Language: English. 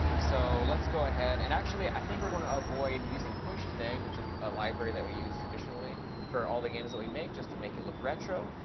so let's go ahead, and actually, i think we're going to avoid using push today, which is a library that we use traditionally for all the games that we make, just to make it look retro.